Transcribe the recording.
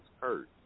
hurts